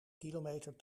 kilometer